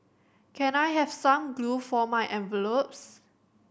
can I have some glue for my envelopes